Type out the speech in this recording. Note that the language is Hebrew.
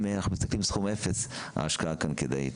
אם אנחנו מסתכלים על סכום אפס ההשקעה כן כדאית.